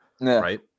right